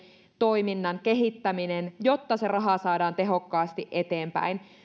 toiminnan kehittäminen jotta se raha saadaan tehokkaasti eteenpäin